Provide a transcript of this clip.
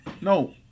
No